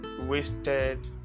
wasted